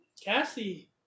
Cassie